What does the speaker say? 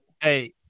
Hey